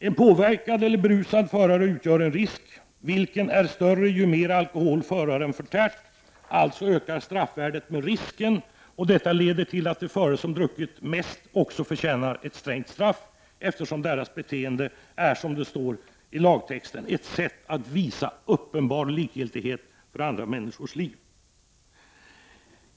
En påverkad eller berusad förare utgör en risk vilken är större ju mer alkohol föraren har förtärt. Alltså ökar straffvärdet med risken. Detta leder till att de förare som har druckit mest också förtjänar ett strängt straff, eftersom deras beteende är, som det står i lagtexten, ett sätt att visa uppenbar likgiltighet för andra människors liv.